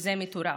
זה מטורף.